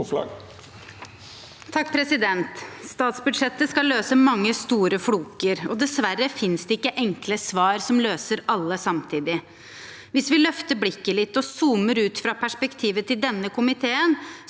(A) Statsbudsjettet skal løse mange store floker, og dessverre finnes det ikke enkle svar som løser alle samtidig. Hvis vi løfter blikket litt og zoomer ut fra perspektivet til denne komiteen,